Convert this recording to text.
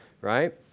right